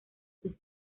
sus